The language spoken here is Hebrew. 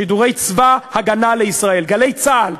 שידורי צבא הגנה לישראל, "גלי צה"ל"